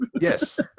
Yes